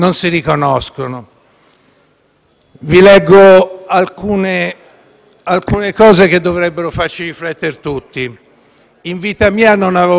della corruzione», che dovrebbero farci riflettere tutti: «In vita mia non avevo mai visto un corrotto.